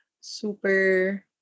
super